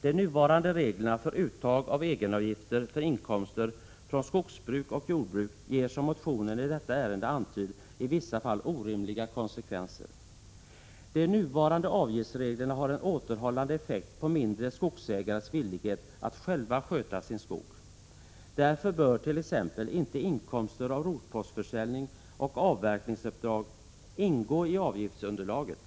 De nuvarande reglerna för uttag av egenavgifter för inkomster från skogsbruk och jordbruk ger, som motionen i detta ärende antyder, i vissa fall orimliga konsekvenser. De nuvarande avgiftsreglerna har en återhållande effekt på mindre skogsägares villighet att själva sköta sin skog. Därför bör t.ex. inte inkomster av rotpostförsäljning och avverkningsuppdrag ingå i avgiftsunderlaget.